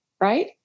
right